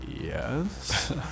Yes